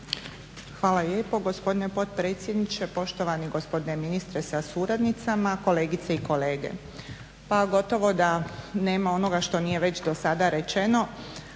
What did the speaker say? Hvala lijepa gospodine potpredsjedniče. Poštovani gospodine ministre sa suradnicima, kolegice i kolege.